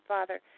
Father